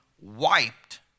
wiped